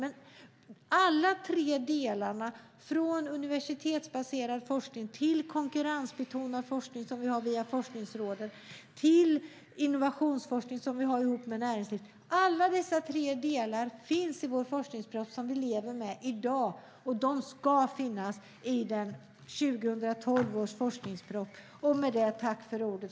Men alla de tre delarna - från universitetsbaserad forskning till konkurrensbetonad forskning som vi har via Forskningsrådet och till innovationsforskning som vi har med näringslivet - finns i vår forskningsproposition som vi lever med i dag. Och de ska finnas i 2012 års forskningsproposition.